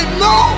no